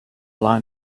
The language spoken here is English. line